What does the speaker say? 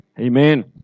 amen